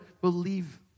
believe